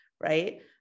right